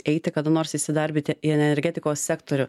eiti kada nors įsidarbinti į energetikos sektorių